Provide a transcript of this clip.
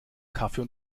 kaffee